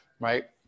Right